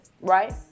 right